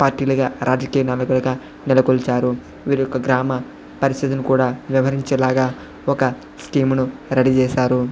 party లుగా రాజకీయ నలుగురిగా నెలకొల్చారు వీరి యొక్క గ్రామ పరిస్థితిని కూడా వివరించేలాగా ఒక స్కీం ను రెడీ చేసారు